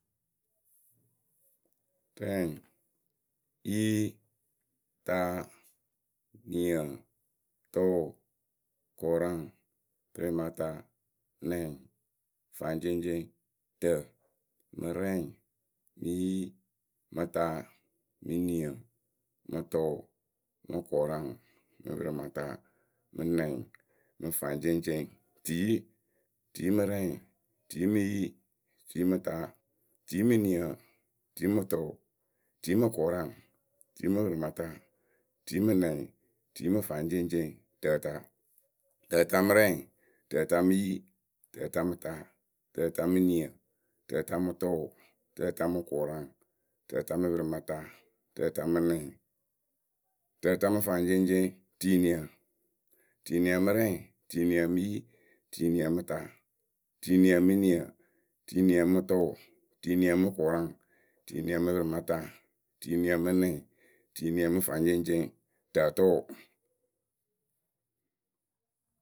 Rɛ, yi, ta niǝ, tʊʊ, kʊraŋ, pǝrɩmata nɛŋ, faŋceŋceŋ, tǝ, mɨ rɛŋ, mɨ yi, mɨ ta, mɨ niǝ, mɨ tʊʊ, mɨ kʊraŋ, mɨ pǝrɩmata, mɨ nɛŋ mɨ faŋceŋceŋ, tiyi, tiyi mɨ rɛŋ, tiyi mɨ yi, tiyi mɨ ta, tiyi mɨ niǝ, tiyi mɨ tʊʊ, tiyi mɨ kʊra, tiyi mɨ pǝrɩmata, tiyi mɨ nɛŋ, tiyi mɨ faŋceŋceŋ, tǝta, tǝta mɨ rɛŋ, tǝta mɨ yi, tǝta mɨ ta, tǝta mɨ niǝ, tǝta mɨ tʊʊ, tǝta mɨ kʊraŋ, tǝta mɨ pǝrɩmata, tǝta mɨ nɛŋ, tǝta mɨ faŋceŋceŋ, tiniǝ, tiniǝ mɨ rɛŋ tiniǝ mɨ yi, tiniǝ mɨ ta, tiniǝ mɨ niǝ, tiniǝ mɨ tʊʊ, tiniǝ mɨ kʊraŋ, tiniǝ mɨ pǝrɩmata, tiniǝ mɨ nɛŋ, tiniǝ mɨ faŋceŋceŋ, tǝtʊʊ.